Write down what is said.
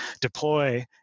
deploy